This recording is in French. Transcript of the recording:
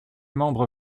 membre